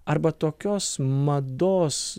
arba tokios mados